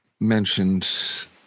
mentioned